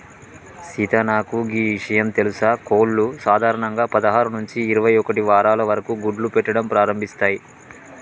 సీత నాకు గీ ఇషయం తెలుసా కోళ్లు సాధారణంగా పదహారు నుంచి ఇరవై ఒక్కటి వారాల వరకు గుడ్లు పెట్టడం ప్రారంభిస్తాయి